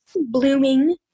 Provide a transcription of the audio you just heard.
blooming